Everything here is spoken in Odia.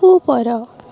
ଉପର